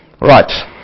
Right